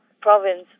province